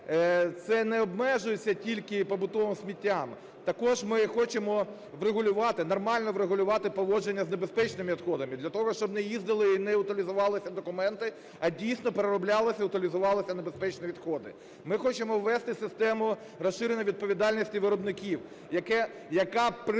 це не обмежується тільки побутовим сміттям. Також ми хочемо врегулювати, нормально врегулювати поводження з небезпечними відходами для того, щоб не їздили і не утилізувалися документи, а дійсно, перероблялися, утилізувалися небезпечні відходи. Ми хочемо ввести систему розширення відповідальності виробників, яка при